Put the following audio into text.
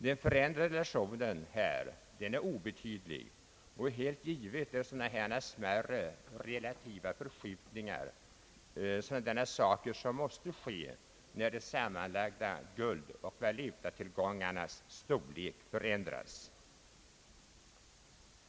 Den förändrade relationen här är obetydlig och helt givet är att sådana smärre, relativa förskjutningar måste ske när de sammanlagda guldoch valutatillgångarnas storlek förändras.